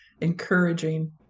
encouraging